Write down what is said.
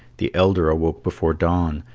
the elder awoke before dawn,